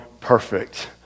perfect